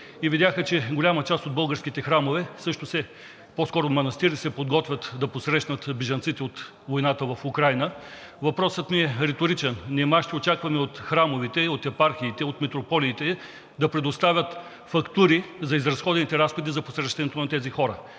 и видяха, че голяма част от българските храмове, по-скоро манастири, се подготвят да посрещнат бежанците от войната в Украйна. Въпросът ми е риторичен: нима ще очакваме от храмовете и от епархиите, от митрополиите да предоставят фактури за изразходените разходи за посрещането на тези хора?!